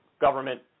government